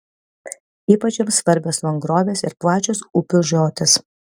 ypač joms svarbios mangrovės ir plačios upių žiotys